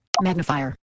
Magnifier